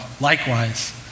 Likewise